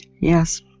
Yes